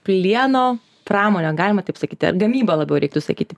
plieno pramonę galima taip sakyti ar gamybą labiau reiktų sakyti